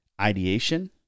ideation